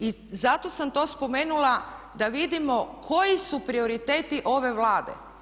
I zato sam to spomenula da vidimo koji su prioriteti ove Vlade.